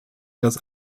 das